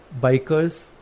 bikers